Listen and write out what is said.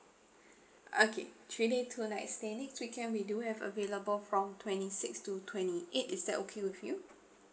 okay three day two nights stay next weekend we do have available from twenty sixth to twenty eighth is that okay with you